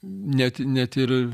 net net ir